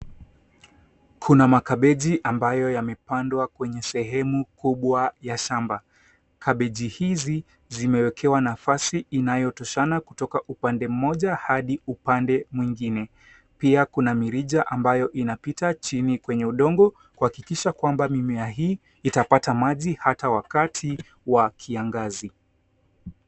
Kuna makabeji amabyo yamependwa kwenye sehemu kubwa ya shamba. Kabeji hizi zimewekewa nafasi inayotoshana kutoka upande mmoja hadi mwengine. Pia kuna mirija ambayo inapita chini kwenye udongo kuhakikisha kuwa mimea hii itapata maji hata wakati wa kiangazi.